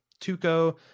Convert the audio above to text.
Tuco